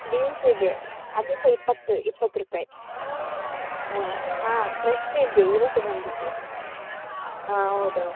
beans ಇದೆ ಅದು ಸಹ ಇಪ್ಪತ್ತು ಇಪ್ಪತ್ತು ರೂಪಾಯಿ ಹಾಂ ಹಾಂ ಫ್ರೆಶ್ ಇದೆ ಇವತ್ತು ಬಂದಿದ ಹಾಂ ಹೌದು